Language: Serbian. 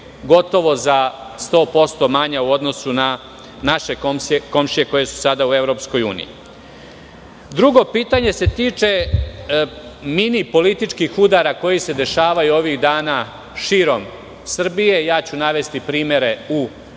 gotovo za 100% manja u odnosu na naše komšije koje su sada u EU.Drugo pitanje se tiče mini političkih udara koji se dešavaju ovih dana širom Srbije. Navešću primere u